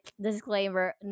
disclaimer